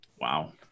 Wow